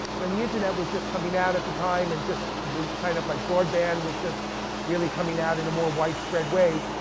when the internet was just coming out at the time, and just kind of like broadband was just really coming out in a more widespread way.